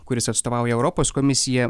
kuris atstovauja europos komisiją